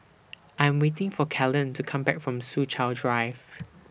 I Am waiting For Kellan to Come Back from Soo Chow Drive